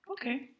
Okay